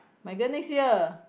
my girl next year